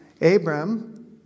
Abram